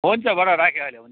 हुन्छ बडा राखेँ अहिले हुन्छ